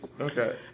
Okay